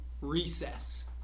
Recess